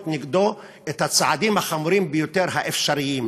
נגדו את הצעדים החמורים ביותר האפשריים.